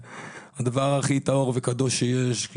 הדבר הכי טהור וקדוש שיש.